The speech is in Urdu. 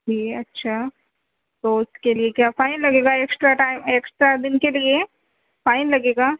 جی اچھا تو اُس کے لئے کیا فائن لگے گا اکسٹرا ٹائم ایکسٹرا دِن کے لئے فائن لگے گا